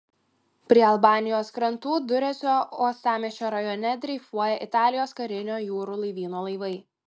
prie albanijos krantų duresio uostamiesčio rajone dreifuoja italijos karinio jūrų laivyno laivai